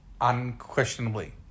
unquestionably